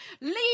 leave